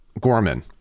Gorman